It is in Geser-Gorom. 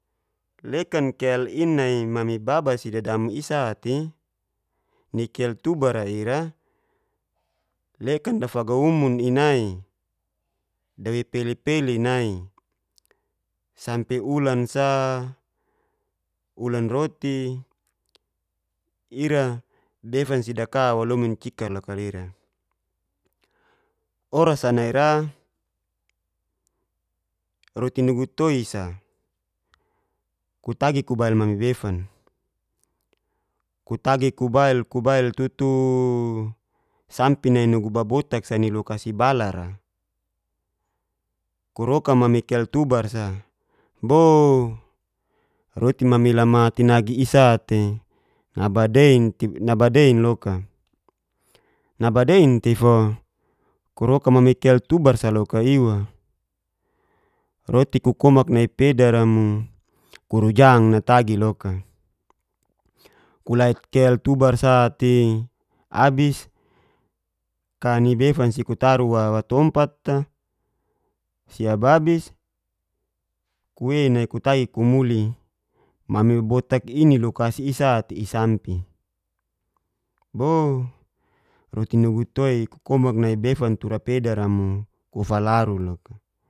Lekan kel in'nai mamai baba si dadamu i'sati nikel tubar'a ira lekan dafagaumun'i nai dawei peli-peli nai sampe ulan sa, ulan roti ira befan'a sidaka walomin cikar lok lira. Oras nira roti nugu toi sa kutagi kubail mami befan kutagi kubil kubail kubail tutuu sampe nai nugu babotak sa ni lokasi balar'a kuruka mami kel tubar sa booo roti mami lama tinagi isa'te nabadein loka nabadein tefo kuroka mami kel tubar sa loka iwa, roti ku koman nai pedara mo kurujang natagi loka kulait kel sa'ti abis ka nibefan si kutaru wawa tumpat'a siabis kuwei nai kutagi kumuli mami botak inilokasi isa'te isampi boh roti nugu toi kukomak nai befan tura pedara mo kufalaru loka.